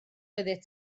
oeddet